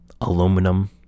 aluminum